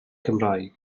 cymraeg